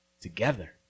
together